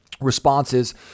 responses